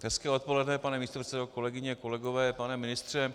Hezké odpoledne, pane místopředsedo, kolegyně, kolegové, pane ministře.